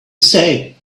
say